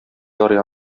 ярый